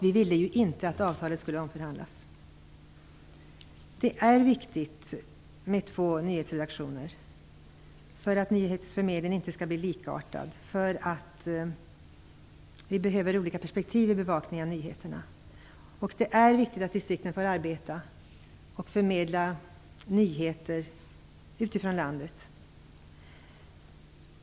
Vi ville inte att avtalet skulle omförhandlas. Det är viktigt med två nyhetsredaktioner för att nyhetsförmedlingen inte skall bli likartad. Vi behöver olika perspektiv i bevakningen av nyheterna. Det är viktigt att distrikten får arbeta och förmedla nyheter utifrån landet.